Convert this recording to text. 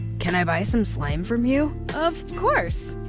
can i buy some slime from you? of course!